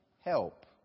help